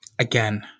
Again